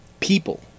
people